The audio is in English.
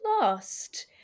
lost